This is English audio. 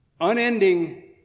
unending